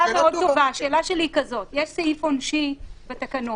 יש סעיף עונשין בתקנות,